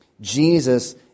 Jesus